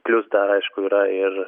plius dar aišku yra ir